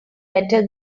better